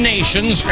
Nations